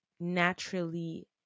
naturally